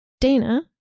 Dana